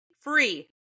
free